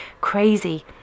Crazy